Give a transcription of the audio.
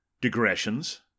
digressions